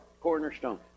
cornerstone